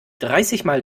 dreißigmal